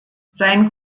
sein